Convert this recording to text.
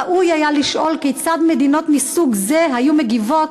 ראוי היה לשאול כיצד מדינות מסוג זה היו מגיבות